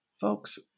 Folks